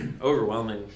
overwhelming